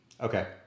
Okay